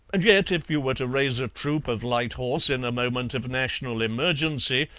and yet if you were to raise a troop of light horse in a moment of national emergency,